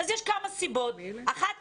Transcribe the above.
יש כמה סיבות, האחת היא